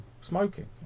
smoking